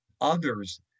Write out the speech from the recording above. others